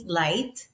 light